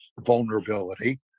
vulnerability